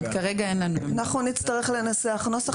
כרגע אין לנו --- אנחנו נצטרך לנסח נוסח